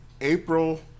April